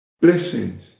blessings